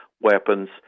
weapons